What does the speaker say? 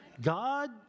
God